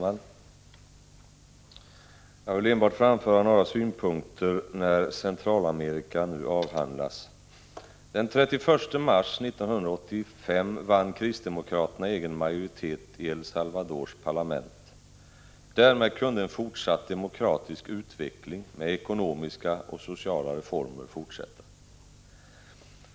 Herr talman! Jag vill framföra några synpunkter när Centralamerika nu avhandlas. Den 31 mars 1985 vann kristdemokraterna egen majoritet i El Salvadors parlament. Därmed kunde en demokratisk utveckling, med ekonomiska och sociala reformer, fortsätta.